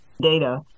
data